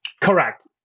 Correct